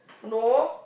no